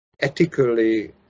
ethically